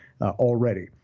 already